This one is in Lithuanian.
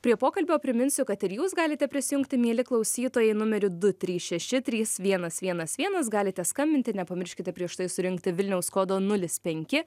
prie pokalbio priminsiu kad ir jūs galite prisijungti mieli klausytojai numeriu du trys šeši trys vienas vienas vienas galite skambinti nepamirškit prieš tai surinkti vilniaus kodo nulis penki